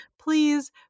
please